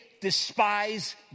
despise